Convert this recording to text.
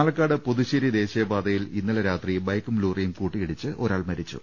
പാലക്കാട് പുതുശ്ശേരി ദേശീയ പാതയിൽ ഇന്നലെ രാത്രി ബൈക്കും ലോറിയും കൂട്ടിയിടിച്ച് ഒരാൾ മരിച്ചു